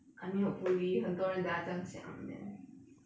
I mean hopefully 很多人等下这样想 then